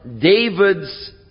David's